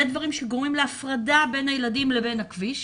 אלה דברים שגורמים להפרדה בין הילדים לבין הכביש.